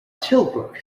tilbrook